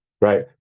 right